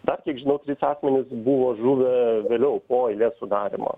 dar kiek žinau trys akmenys buvo žuvę vėliau po eilės sudarymo